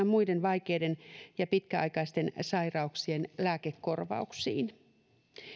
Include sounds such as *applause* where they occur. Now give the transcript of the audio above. *unintelligible* muiden vaikeiden ja pitkäaikaisten sairauksien lääkekorvauksiin